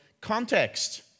context